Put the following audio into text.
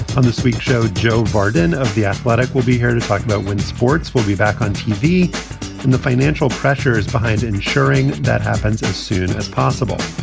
on this week's show, joe vardhan of the athletic. we'll be here to talk about when sports will be back on tv and the financial pressures behind ensuring that happens as soon as possible.